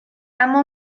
اما